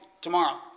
tomorrow